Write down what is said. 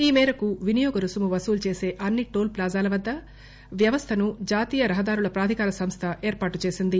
ఈ మేరకు వినియోగ రుసుము వసూలు చేస అన్ని టోల్ ప్రాజాల వద్ద వ్యవస్థను జాతీయ రహదారుల ప్రాధికార సంస్థ ఏర్పాటు చేసింది